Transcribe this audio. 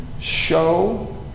show